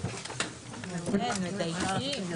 הישיבה ננעלה בשעה 11:00.